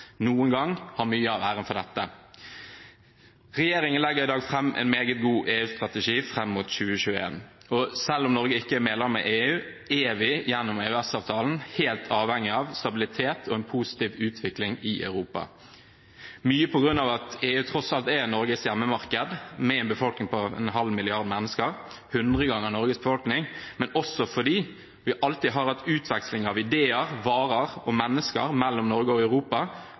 noen gang, har mye av æren for dette. Regjeringen legger i dag fram en meget god EU-strategi fram mot 2021. Selv om Norge ikke er medlem av EU, er vi gjennom EØS-avtalen helt avhengig av stabilitet og en positiv utvikling i Europa – mye på grunn av at EU tross alt er Norges hjemmemarked med en befolkning på 500 millioner mennesker – 100 ganger Norges befolkning – men også fordi utveksling av ideer, varer og mennesker mellom Norge og Europa